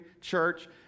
Church